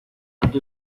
antes